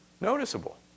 noticeable